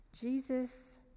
Jesus